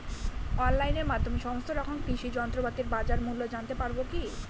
অনলাইনের মাধ্যমে সমস্ত রকম কৃষি যন্ত্রপাতির বাজার মূল্য জানতে পারবো কি?